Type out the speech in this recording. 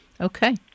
Okay